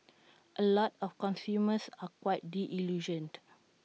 A lot of consumers are quite disillusioned